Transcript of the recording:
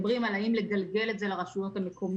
מדברים על האם לגלגל את זה לרשויות המקומיות,